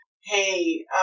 hey